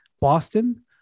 Boston